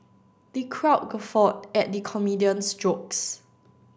the crowd guffawed at the comedian's jokes